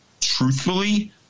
Truthfully